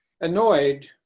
annoyed